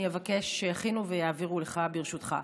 אני אבקש שיכינו ויעבירו לך, ברשותך.